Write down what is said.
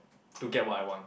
to get what I want